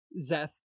Zeth